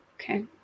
okay